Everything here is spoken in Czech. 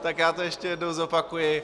Tak já to ještě jednou zopakuji.